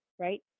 right